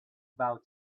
bow